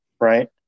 Right